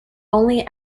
only